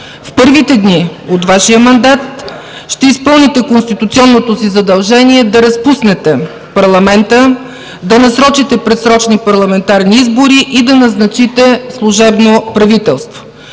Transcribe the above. В първите дни от Вашия мандат ще изпълните конституционното си задължение да разпуснете парламента, да насрочите предсрочни парламентарни избори и да назначите служебно правителство.